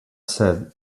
said